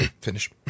finish